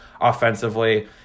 offensively